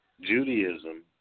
Judaism